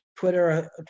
Twitter